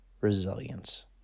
resilience